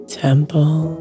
temple